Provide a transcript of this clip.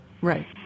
Right